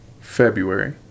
February